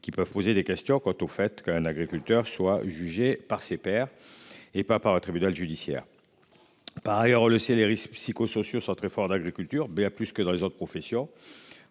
qui peuvent poser des questions quant au fait qu'un agriculteur soit jugé par ses pairs et pas par le tribunal judiciaire. Par ailleurs, le ciel les risques psycho-sociaux sont très fort d'agriculture plus que dans les autres professions.